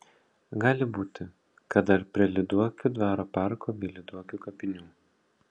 gali būti kad dar prie lyduokių dvaro parko bei lyduokių kapinių